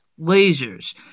Lasers